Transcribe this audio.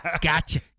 Gotcha